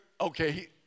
okay